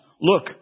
Look